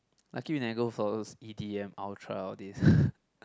lucky you never go for those e_d_m ultra all these